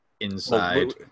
inside